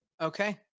Okay